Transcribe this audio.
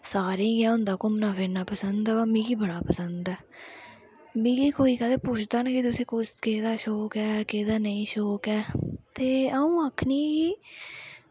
सारें गी होंदा घूमना फिरना पसंद व मीगी बड़ा पसंद ऐ मिगी कोई कदैं पुछदा कि तुसें केह्दा शौक ऐ केह्दा नेईं शौक ऐ ते अ'ऊं आखनी